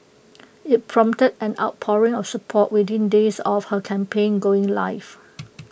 IT prompted an outpouring of support within days of her campaign going live